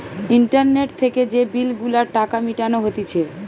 internet থেকে যে bill গুলার টাকা মিটানো হতিছে